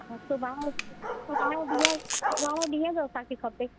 हा सुभाणे सुभाणे ॾींहं सुभाणे ॾींहं जो असांखे खपे